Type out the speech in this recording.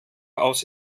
aus